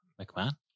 McMahon